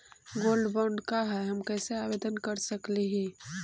Gold bond का है, हम कैसे आवेदन कर सकली ही?